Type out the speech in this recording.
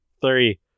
three